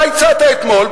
אתה הצעת אתמול,